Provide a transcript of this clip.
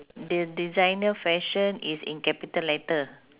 the designer fashion is in capital letter